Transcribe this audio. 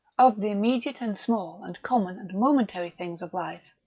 of the immediate and small and common and momentary things of life,